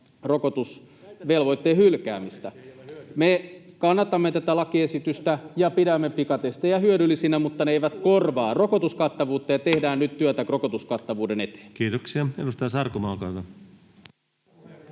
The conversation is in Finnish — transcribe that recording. rokotusvelvoitteen hylkäämistä. Me kannatamme tätä lakiesitystä ja pidämme pikatestejä hyödyllisinä, mutta ne eivät korvaa rokotuskattavuutta. Tehdään nyt työtä rokotuskattavuuden eteen. [Speech 23] Speaker: